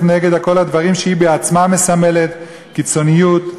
נגד כל הדברים שהיא בעצמה מסמלת: קיצוניות,